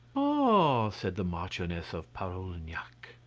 ah! said the marchioness of parolignac,